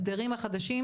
השינוי הוא מאוד מאוד רחב.